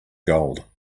gold